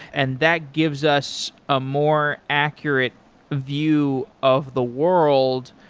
and that gives us a more accurate view of the world,